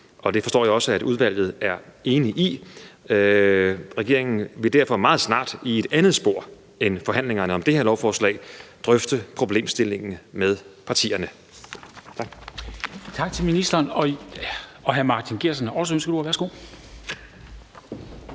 og det forstår jeg også at udvalget er enig i. Regeringen vil derfor meget snart i et andet spor end forhandlingerne om det her lovforslag drøfte problemstillingen med partierne. Kl. 22:03 Formanden (Henrik Dam Kristensen): Tak til ministeren. Hr.